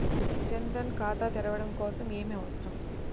జన్ ధన్ ఖాతా తెరవడం కోసం ఏమి అవసరం?